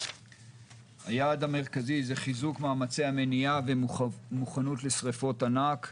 היעד המרכזי הוא חיזוק מאמצי המניעה ומוכנות לשריפות ענק.